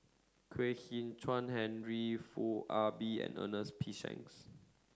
Kwek Hian Chuan Henry Foo Ah Bee and Ernest P Shanks